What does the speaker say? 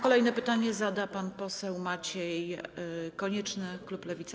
Kolejne pytanie zada pan poseł Maciej Konieczny, klub Lewica.